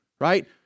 right